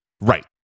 right